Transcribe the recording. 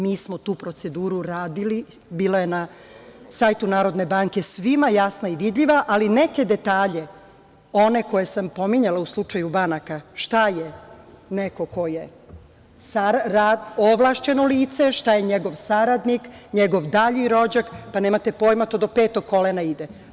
Mi smo tu proceduru radili, bila je na sajtu Narodne banke, svima jasna i vidljiva, ali neke detalje, one koje sam pominjala u slučaju banaka, šta je neko ko je ovlašćeno lice, šta je njegov saradnik, njegov dalji rođak, pa nemate pojma, to do petog kolena ide.